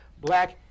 Black